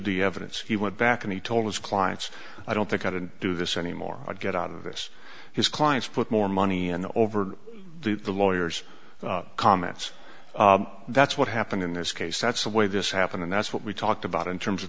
the evidence he went back and he told his clients i don't think i could do this any more i get out of this his clients put more money in the over the lawyers comments that's what happened in this case that's the way this happened and that's what we talked about in terms of